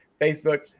Facebook